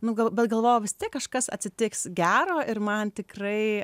nu gal bet galvojau vis tiek kažkas atsitiks gero ir man tikrai